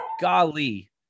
golly